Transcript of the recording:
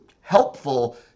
helpful